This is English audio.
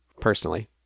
personally